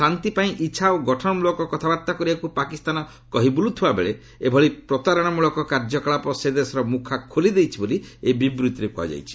ଶାନ୍ତି ପାଇଁ ଇଚ୍ଛା ଓ ଗଠନମୂଳକ କଥାବାର୍ତ୍ତାକରିବାକୁ ପାକିସ୍ତାନ କହିବୁଳୁଥିବା ବେଳେ ଏଭଳି ପ୍ରତାରଣାତ୍ମଳକ କାର୍ଯ୍ୟକଳାପ ସେ ଦେଶର ମୁଖା ଖୋଳିଦେଇଛି ବୋଲି ଏହି ବିବୃତିରେ କୁହାଯାଇଛି